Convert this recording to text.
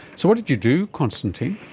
so what did you do, constantine?